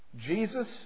Jesus